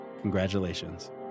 congratulations